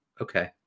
Okay